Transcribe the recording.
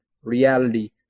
reality